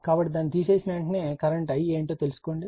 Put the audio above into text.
కాబట్టి దాన్ని తీసివేసిన వెంటనే కరెంట్ I ఏమిటో తెలుసుకోండి